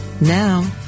Now